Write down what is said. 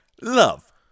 Love